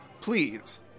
please